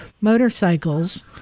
motorcycles